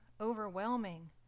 overwhelming